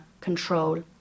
control